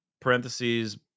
parentheses